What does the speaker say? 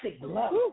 love